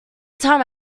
time